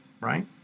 right